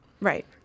Right